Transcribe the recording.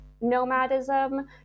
nomadism